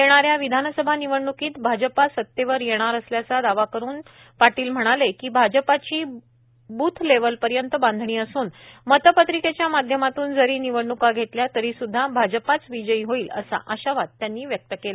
येणा या विधानसभा निवडणुकीत भाजपा सतेवर येणार असल्याचा दावा करून चंद्रकांत पाटील म्हणाले की भाजपाची पार्टीची ब्थ लेवल पर्यंत बांधणी असून मतपत्रिकेच्या माध्यमातून जरी निवडणुका घेतल्या तरी सुध्दा भाजपा विजयी होईल असं आशावाद त्यांनी व्यक्त केला